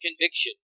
conviction